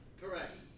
Correct